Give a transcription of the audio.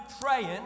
praying